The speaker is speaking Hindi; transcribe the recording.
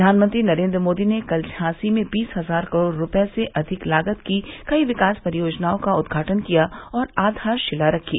प्रधानमंत्री नरेन्द्र मोदी ने कल झांसी में बीस हजार करोड़ रूपये से अधिक लागत की कई विकास परियोजनाओं का उद्घाटन किया और आधारशिला रखी